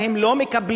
אבל הם לא מקבלים.